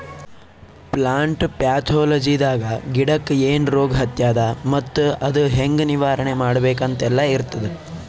plant ಪ್ಯಾಥೊಲಜಿದಾಗ ಗಿಡಕ್ಕ್ ಏನ್ ರೋಗ್ ಹತ್ಯಾದ ಮತ್ತ್ ಅದು ಹೆಂಗ್ ನಿವಾರಣೆ ಮಾಡ್ಬೇಕ್ ಅಂತೆಲ್ಲಾ ಇರ್ತದ್